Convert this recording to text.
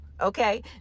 okay